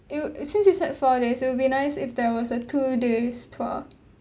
it will since you said four days it'll be nice if there was a two days tour